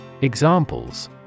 Examples